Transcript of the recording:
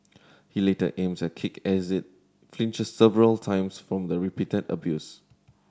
he later aims a kick at it as it flinches several times from the repeated abuse